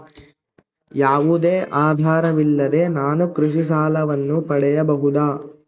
ಯಾವುದೇ ಆಧಾರವಿಲ್ಲದೆ ನಾನು ಕೃಷಿ ಸಾಲವನ್ನು ಪಡೆಯಬಹುದಾ?